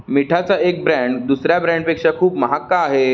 मिठाचा एक ब्रँड दुसऱ्या ब्रँडपेक्षा खूप महाग का आहे